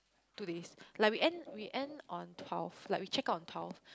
two days like we end we end on twelve like we check out on twelve